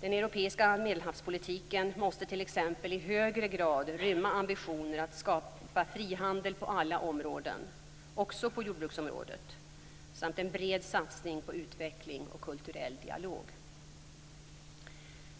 Den europeiska medelhavspolitiken måste t.ex. i högre grad rymma ambitioner att skapa frihandel på alla områden, också på jordbruksområdet, samt en bred satsning på utveckling och kulturell dialog.